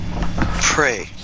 Pray